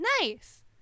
nice